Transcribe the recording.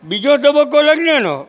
બીજો તબક્કો લગ્નનો